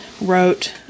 wrote